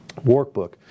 workbook